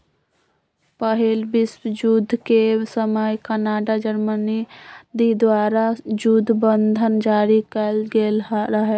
पहिल विश्वजुद्ध के समय कनाडा, जर्मनी आदि द्वारा जुद्ध बन्धन जारि कएल गेल रहै